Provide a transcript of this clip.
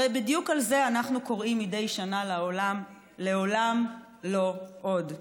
הרי בדיוק על זה אנחנו קוראים מדי שנה: לעולם לא עוד.